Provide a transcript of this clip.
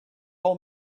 all